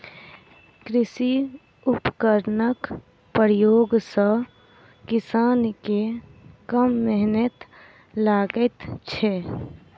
कृषि उपकरणक प्रयोग सॅ किसान के कम मेहनैत लगैत छै